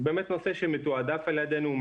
הוא באמת נושא שמתועדף על ידנו.